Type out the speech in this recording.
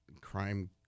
crime